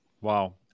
Wow